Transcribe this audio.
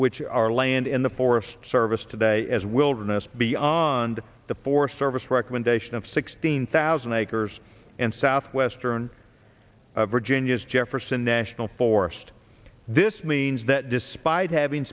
which are land in the forest service today as wilderness beyond the forest service recommendation of sixteen thousand acres and southwestern virginia's jefferson national forest this means that despite having